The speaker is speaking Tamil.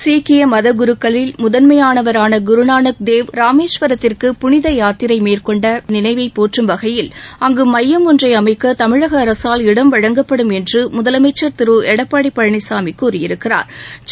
சீக்கிய மத குருக்களில் முதன்மையானவரான குருநானக் தேவ் ராமேஸ்வரத்திற்கு புனித யாத்திரை மேற்கொண்ட நினைவை போற்றும் வகையில் அங்கு மையம் ஒன்றை அமைக்க தமிழக அரசால் இடம் வழங்கப்படும் என்று முதலமைச்சா் திரு எடப்பாடி பழனிசாமி கூறியிருக்கிறாா்